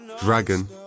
Dragon